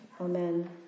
Amen